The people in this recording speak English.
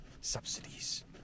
subsidies